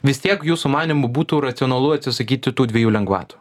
vis tiek jūsų manymu būtų racionalu atsisakyti tų dviejų lengvatų